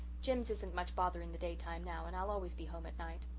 jims isn't much bother in the daytime now, and i'll always be home at night.